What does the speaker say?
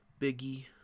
Biggie